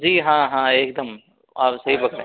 जी हाँ हाँ एकदम आप सही बताएं